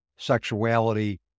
sexuality